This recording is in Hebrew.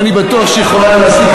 ואני בטוח שהיא יכולה להזעיק